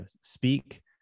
speak